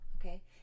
Okay